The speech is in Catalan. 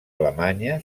alemanya